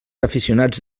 aficionats